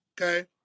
okay